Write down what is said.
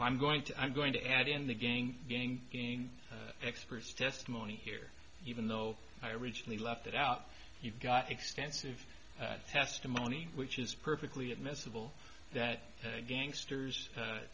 i'm going to i'm going to add in the gang gang getting experts testimony here even though i originally left it out you've got extensive testimony which is perfectly admissible that that gangsters